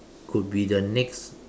could be the next